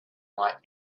might